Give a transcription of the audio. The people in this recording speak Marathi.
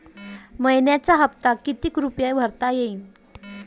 मइन्याचा हप्ता कितीक रुपये भरता येईल?